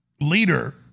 leader